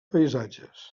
paisatges